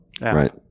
Right